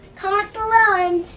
comment below and